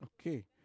Okay